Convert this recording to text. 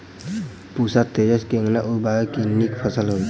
पूसा तेजस केना उगैबे की नीक फसल हेतइ?